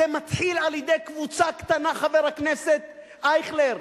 זה מתחיל על-ידי קבוצה קטנה, חבר הכנסת אייכלר,